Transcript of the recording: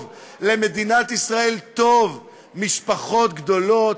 טוב לנו, למדינת ישראל, משפחות גדולות.